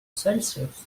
celsius